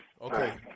Okay